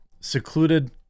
secluded